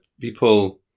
people